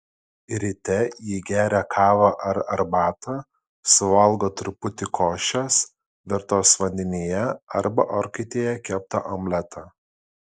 ryte ji geria kavą ar arbatą suvalgo truputį košės virtos vandenyje arba orkaitėje keptą omletą